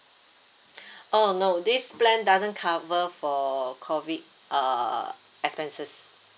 oh no this plan doesn't cover for COVID uh expenses